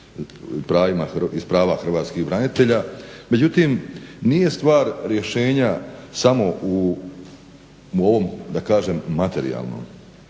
iz prava hrvatskih branitelja. Međutim, nije stvar rješenja samo u ovom da kažem materijalnom.